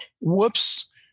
whoops